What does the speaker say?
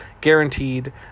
guaranteed